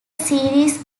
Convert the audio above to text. series